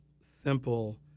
simple